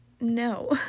No